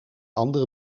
andere